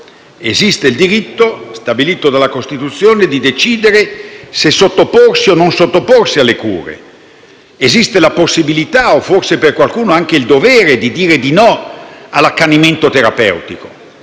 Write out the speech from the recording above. Esiste il diritto, stabilito dalla Costituzione, di decidere se sottoporsi o non sottoporsi alle cure. Esiste la possibilità o forse per qualcuno anche il dovere di dire di no all'accanimento terapeutico